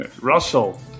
Russell